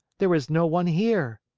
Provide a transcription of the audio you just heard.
there is no one here.